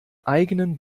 eigenen